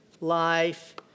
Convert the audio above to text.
Life